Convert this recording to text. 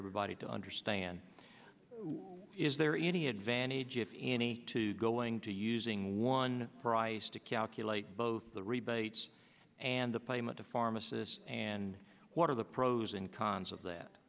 everybody to understand is there any advantage if any to going to using one price to calculate both the rebates and the playing with the pharmacist and what are the pros and cons of that